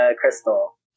Crystal